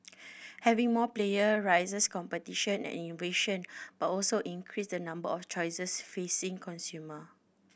having more player raises competition and invention but also increase the number of choices facing consumer